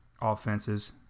offenses